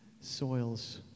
soils